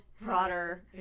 broader